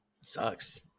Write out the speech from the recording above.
sucks